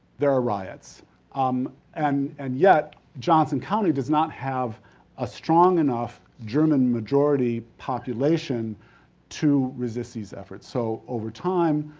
there are riots um and and yet, johnson county does not have a strong enough german majority population to resist these efforts. so, over time,